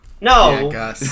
No